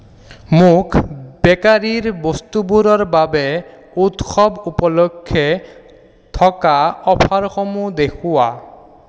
মোক বেকাৰীৰ বস্তুবোৰৰ বাবে উৎসৱ উপলক্ষে থকা অফাৰসমূহ দেখুওৱা